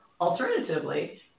alternatively